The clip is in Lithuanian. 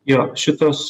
jo šitas